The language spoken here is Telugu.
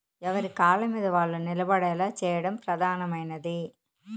ఎవరి కాళ్ళమీద వాళ్ళు నిలబడేలా చేయడం ప్రధానమైనది